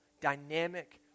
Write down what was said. dynamic